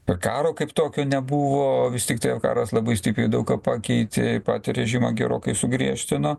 to karo kaip tokio nebuvo vis tiktai o karas labai stipriai daug ką pakeitė patį režimą gerokai sugriežtino